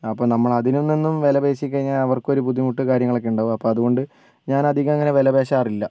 അപ്പോൾ നമ്മൾ അതിനും നിന്നും വിലപേശിക്കഴിഞ്ഞാൽ അവർക്കും ഒരു ബുദ്ധിമുട്ട് കാര്യങ്ങളൊക്കെ ഉണ്ടാവും അപ്പോൾ അതുകൊണ്ട് ഞാൻ അധികം അങ്ങനെ വിലപേശാറില്ല